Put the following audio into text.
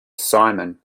simon